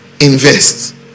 Invest